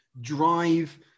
drive